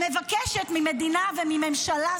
שמבקשת ממדינה ומממשלה,